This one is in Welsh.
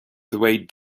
ddweud